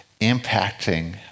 impacting